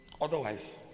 Otherwise